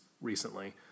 recently